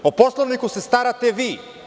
Po Poslovniku se starate vi.